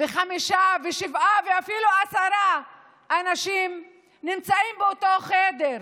חמישה, שבעה ואפילו עשרה אנשים נמצאים באותו חדר,